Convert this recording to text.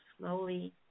slowly